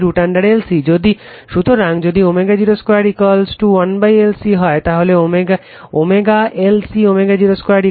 সুতরাং যদি ω0 2 1LC হয় তাহলে ω LC ω0 2 1